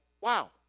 wow